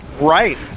Right